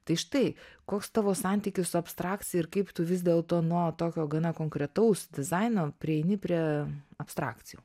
tai štai koks tavo santykis su abstrakcija ir kaip tu vis dėlto nuo tokio gana konkretaus dizaino prieini prie abstrakcijų